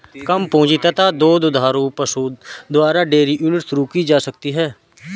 कम पूंजी तथा दो दुधारू पशु द्वारा डेयरी यूनिट शुरू की जा सकती है